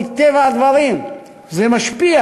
מטבע הדברים זה משפיע